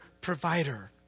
provider